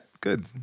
Good